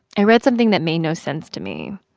i read something that made no sense to me.